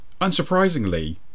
Unsurprisingly